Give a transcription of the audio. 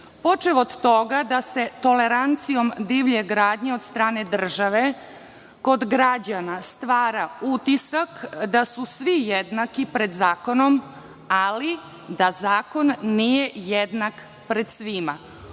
počev od toga da se tolerancijom divlje gradnje od strane države kod građana stvara utisak da su svi jednaki pred zakonom, ali da zakon nije jednak pred svima,